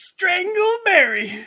Strangleberry